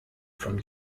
from